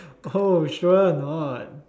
oh sure not